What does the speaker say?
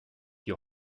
your